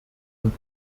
und